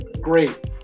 great